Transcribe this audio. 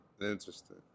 Interesting